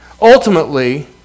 Ultimately